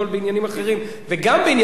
וגם בענייני אנרגיה ומים,